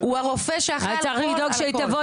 הוא הרופא שאחראי על הכול.